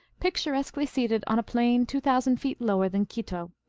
picturesquely seated on a plain two thousand feet lower than quito,